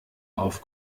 auf